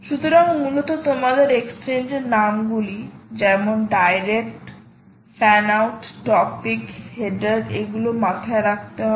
সুতরাং মূলত তোমাদের এক্সচেঞ্জের নামগুলি যেমন direct fanout topic header এগুলো মাথায় রাখতে হবে